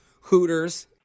Hooters